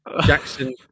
Jackson